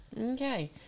Okay